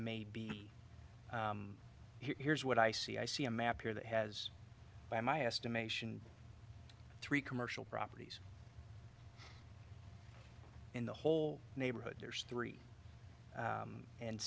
may be here's what i see i see a map here that has by my estimation three commercial properties in the whole neighborhood there's three